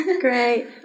great